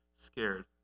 scared